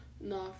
no